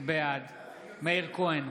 בעד מאיר כהן,